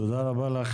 תודה רבה לך,